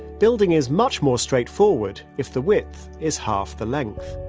building is much more straightforward if the width is half the length.